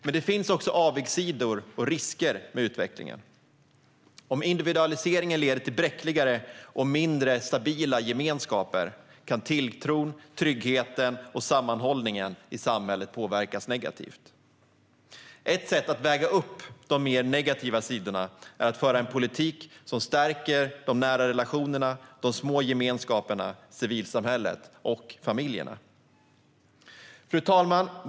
Men det finns också avigsidor och risker med utvecklingen. Om individualiseringen leder till bräckligare och mindre stabila gemenskaper kan tilltron, tryggheten och sammanhållningen i samhället påverkas negativt. Ett sätt att väga upp de mer negativa sidorna är att föra en politik som stärker de nära relationerna, de små gemenskaperna, civilsamhället och familjerna. Fru talman!